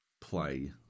play